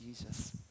Jesus